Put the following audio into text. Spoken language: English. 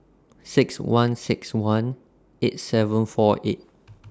six one six one eight seven four eight